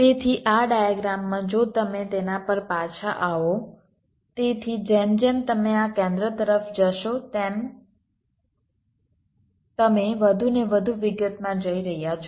તેથી આ ડાયગ્રામમાં જો તમે તેના પર પાછા આવો તેથી જેમ જેમ તમે આ કેન્દ્ર તરફ જશો તેમ તમે વધુ ને વધુ વિગતમાં જઈ રહ્યા છો